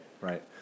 right